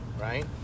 right